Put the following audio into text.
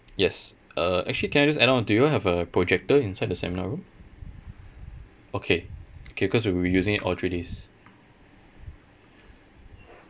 yes uh actually can I just add on do you all have a projector inside the seminar room okay okay cause we will be using it all three days